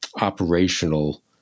operational